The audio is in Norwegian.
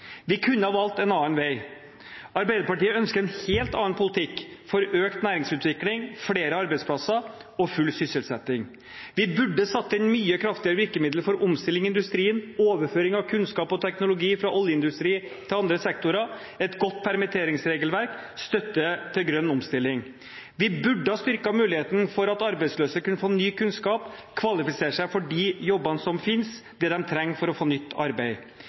Vi kunne ha valgt en annen vei. Arbeiderpartiet ønsker en helt annen politikk for økt næringsutvikling, flere arbeidsplasser og full sysselsetting: Vi burde ha satt inn mye kraftigere virkemidler for omstilling i industrien, overføring av kunnskap og teknologi fra oljeindustri til andre sektorer, et godt permitteringsregelverk og støtte til grønn omstilling. Vi burde ha styrket muligheten for at arbeidsløse kunne fått ny kunnskap, kvalifisere seg for de jobbene som finnes – det de trenger for å få nytt arbeid.